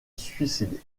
suicider